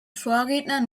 vorrednern